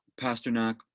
Pasternak